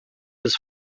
des